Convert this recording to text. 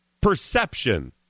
perception